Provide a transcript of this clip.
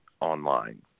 online